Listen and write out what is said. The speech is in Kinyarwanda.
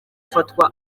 ufatwa